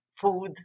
food